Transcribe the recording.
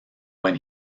when